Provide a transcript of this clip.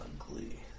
ugly